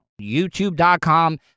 YouTube.com